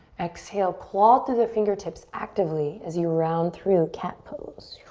exhale, claw through the fingertips actively as you round through cat pose.